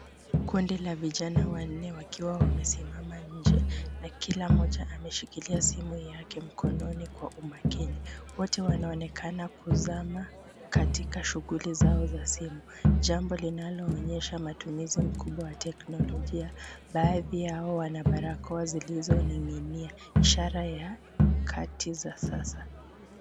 Kundi la vijana wanne wakiwa wamesimama nje na kila mmoja ameshikilia simu yake mkononi kwa umakini. Wote wanaonekana kuzama katika shughuli zao za simu, jambo linaloonyesha matumizi makubwa ya teknolojia. Baadhi yao wana barakoa zinazoningi'inia, ishara ya nyakati za sasa.